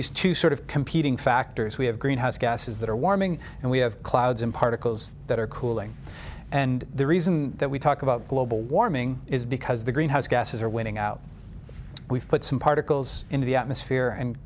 these two sort of heating factors we have greenhouse gases that are warming and we have clouds and particles that are cooling and the reason that we talk about global warming is because the greenhouse gases are winning out we've put some particles into the atmosphere and